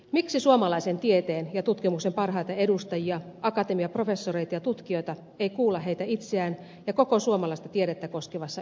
miksi suomalaisen tieteen ja tutkimuksen parhaita edustajia akatemiaprofessoreita ja tutkijoita ei kuulla heitä itseään ja koko suomalaista tiedettä koskevassa ydinkysymyksessä